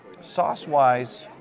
Sauce-wise